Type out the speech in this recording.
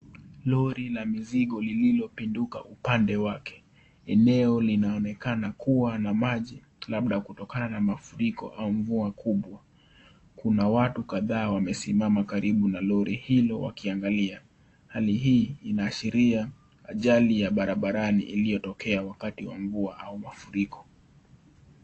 Lori la mizigo lililopinduka upande wake eneo linaonekana kuwa na maji labda kutokana na mafuriko au mvua kubwa kuna watu kadhaa wamesimama karibu na lori hilo wakiangalia hali hii inaashiria ajali ya barabarani iliyotokea wakati wa mvua au mafuriko.